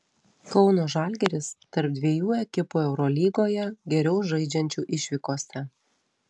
kauno žalgiris tarp dviejų ekipų eurolygoje geriau žaidžiančių išvykose